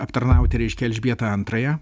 aptarnauti reiškią elžbietą antrąją